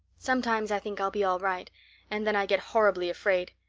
sometimes i think i'll be all right and then i get horribly afraid.